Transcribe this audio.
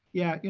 yeah, you